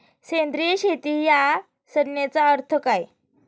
सेंद्रिय शेती या संज्ञेचा अर्थ काय?